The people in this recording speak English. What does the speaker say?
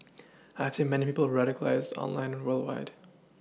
I've seen many people radicalised online worldwide